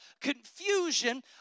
confusion